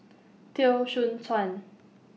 Teo Soon Chuan